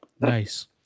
Nice